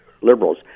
liberals